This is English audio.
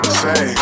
say